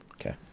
Okay